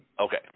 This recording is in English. Okay